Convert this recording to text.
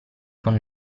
con